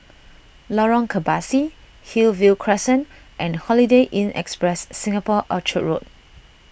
Lorong Kebasi Hillview Crescent and Holiday Inn Express Singapore Orchard Road